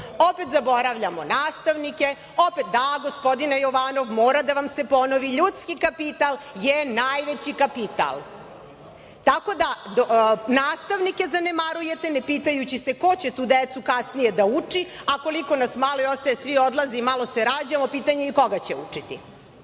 Opet zaboravljamo nastavnike. Da, gospodine Jovanov mora da vam se ponovi, ljudski kapital je najveći kapital. Nastavnike zanemarujete, ne pitajući se ko će tu decu kasnije da uči, a koliko nas malo ostaje, svi odlaze, a malo se rađamo, pitanje je i koga će učiti. Danima